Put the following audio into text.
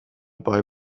bei